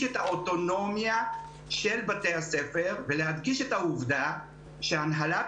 את האוטונומיה של בתי הספר ולהדגיש את העובדה שהנהלת